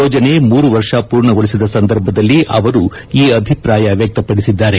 ಯೋಜನೆ ಮೂರು ವರ್ಷ ಪೂರ್ಣಗೊಳಿಸಿದ ಸಂದರ್ಭದಲ್ಲಿ ಅವರು ಈ ಅಭಿಪ್ರಾಯ ವ್ಯಕ್ತಪಡಿಸಿದ್ದಾರೆ